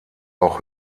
auch